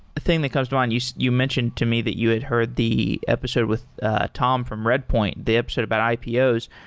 thing that comes to and mind, so you mentioned to me that you had heard the episode with tom from redpoint, the episode about ipos.